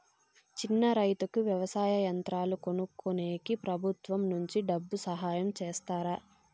చిన్న రైతుకు వ్యవసాయ యంత్రాలు కొనుక్కునేకి ప్రభుత్వం నుంచి డబ్బు సహాయం చేస్తారా?